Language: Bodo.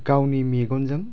गावनि मेगनजों